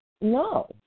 no